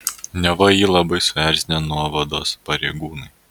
neva jį labai suerzinę nuovados pareigūnai